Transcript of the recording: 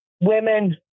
women